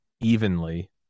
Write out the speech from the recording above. evenly